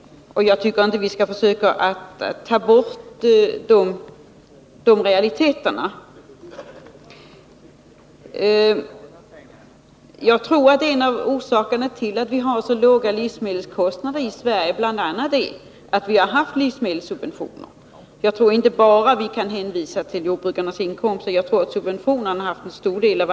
Jag tycker inte att vi skall bortse från dessa realiteter. Jag tror att en av orsakerna till att vi har så låga livsmedelskostnader i Sverige är att vi haft livsmedelssubventioner. Vi kan enligt min mening inte hänvisa bara till jordbrukarnas inkomster — jag tror att subventionerna spelat en stor roll här.